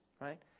right